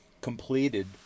completed